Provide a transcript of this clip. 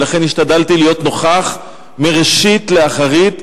ולכן השתדלתי להיות נוכח מראשית לאחרית,